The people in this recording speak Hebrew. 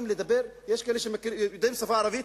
יש כאלה שיודעים את השפה הערבית,